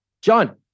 John